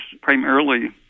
primarily